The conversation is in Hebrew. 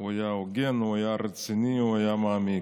הוא היה הוגן, הוא היה רציני, הוא היה מעמיק.